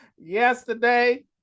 yesterday